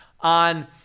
on